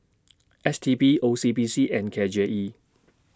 S T B O C B C and K J E